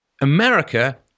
America